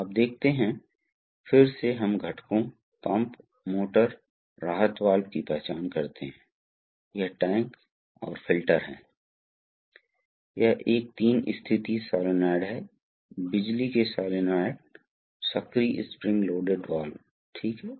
तो अब आप क्या कर रहे हैं जबकि यह घूम रहा है आप कल्पना कर सकते हैं जबकि डिस्क घूम रहा है यहाँ यह धक्का दे रहा है और यहाँ यह पिस्टन खींच रहा है ठीक है